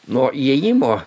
nuo įėjimo